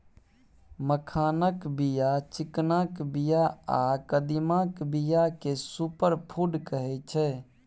मखानक बीया, चिकनाक बीया आ कदीमाक बीया केँ सुपर फुड कहै छै